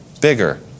bigger